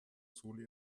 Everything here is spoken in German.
soli